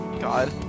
God